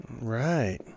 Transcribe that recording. Right